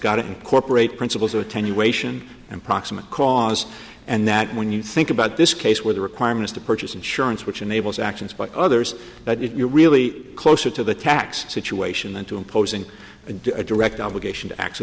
got to incorporate principles attenuation and proximate cause and that when you think about this case where the requirements to purchase insurance which enables actions by others but if you're really closer to the tax situation than to imposing a direct obligation to act